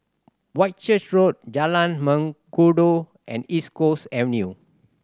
Whitchurch Road Jalan Mengkudu and East Coast Avenue